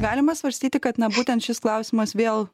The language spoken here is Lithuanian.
galima svarstyti kad na būtent šis klausimas vėl